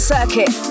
Circuit